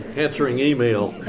answering email.